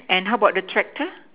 and how about the tractor